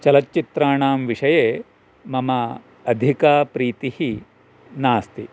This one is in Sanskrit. चलच्चित्राणां विषये मम अधिका प्रीतिः नास्ति